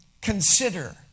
consider